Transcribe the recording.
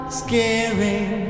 scaring